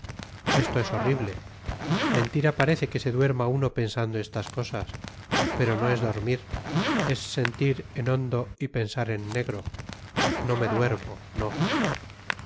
esto es horrible mentira parece que se duerma uno pensando estas cosas pero no es dormir es sentir en hondo y pensar en negro no me duermo no